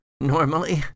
normally